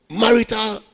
marital